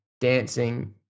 dancing